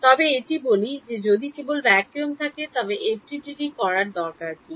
তবে এটি যদি কেবল ভ্যাকুয়াম থাকে তবে এফডিটিডি করার দরকার কী